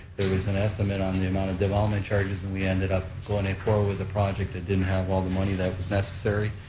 there was an estimate on the amount of development charges and we ended up going forward with a project that didn't have all the money that was necessary.